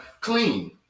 Clean